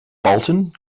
bolton